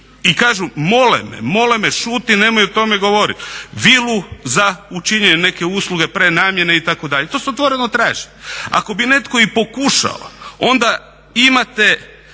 i kažu mole me, mole me, šuti nemoj o tome govoriti. Vilu za učinjene neke usluge prenamjene, itd., to se otvoreno traži. Ako bi netko i pokušao, onda imate